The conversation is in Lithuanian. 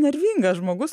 nervingas žmogus